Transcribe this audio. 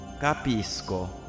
Capisco